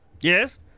Yes